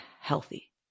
healthy